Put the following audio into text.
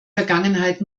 vergangenheit